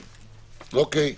אוקיי.